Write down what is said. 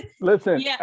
listen